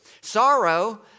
Sorrow